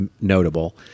notable